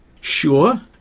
Sure